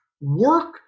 work